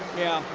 yeah,